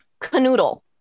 canoodle